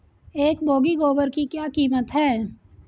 एक बोगी गोबर की क्या कीमत है?